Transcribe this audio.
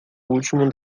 último